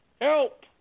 help